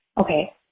Okay